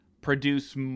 produce